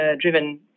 driven